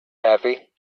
happy